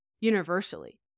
universally